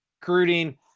recruiting